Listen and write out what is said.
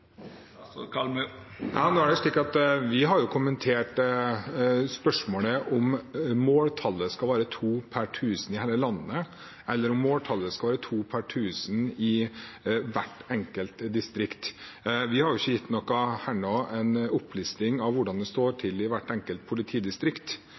Nå er det slik at vi har kommentert spørsmålet om måltallet skal være to per tusen i hele landet, eller om måltallet skal være to per tusen i hvert enkelt distrikt. Vi har ikke her gitt en opplisting av hvordan det står